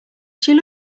does